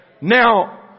Now